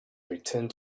returned